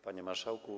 Panie Marszałku!